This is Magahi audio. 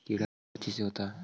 कीड़ा का चीज से होता है?